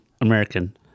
American